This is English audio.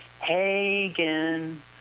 Hagen